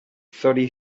thirty